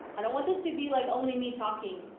i don't want this to be like only me talking.